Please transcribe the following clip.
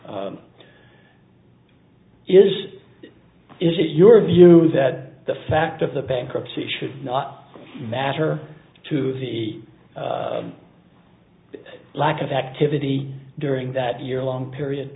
way is is it your view that the fact of the bankruptcy should not matter to the lack of activity during that year long period